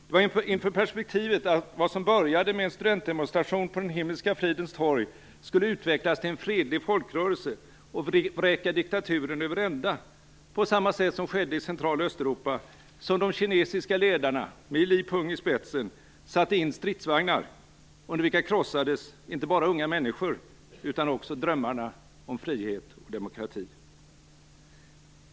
Det var inför perspektivet att vad som började med en studentdemonstration på den Himmelska fridens torg skulle utvecklas till en fredlig folkrörelse och vräka diktaturen över ända - på samma sätt som skedde i Central och Östeuropa - som de kinesiska ledarna, med Li Peng i spetsen, satte in stridsvagnar, under vilka krossades inte bara unga människor utan också drömmarna om frihet och demokrati.